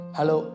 Hello